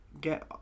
get